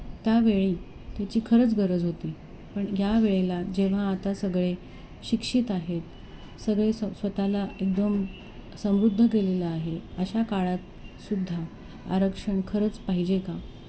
त्यावेळी त्याची खरंच गरज होती पण यावेळेला जेव्हा आता सगळे शिक्षित आहेत सगळे स्व स्वतःला एकदम समृद्ध केलेलं आहे अशा काळातसुद्धा आरक्षण खरंच पाहिजे का